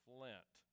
Flint